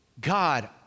God